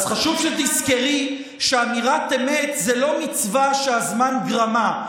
חשוב שתזכרי שאמירת אמת זה לא מצווה "שהזמן גרמא".